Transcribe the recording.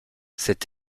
cet